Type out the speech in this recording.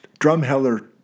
Drumheller